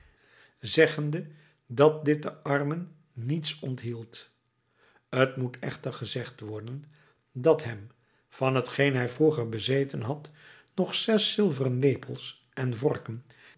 zeggende dat dit den armen niets onthield t moet echter gezegd worden dat hem van hetgeen hij vroeger bezeten had nog zes zilveren lepels en vorken